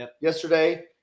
yesterday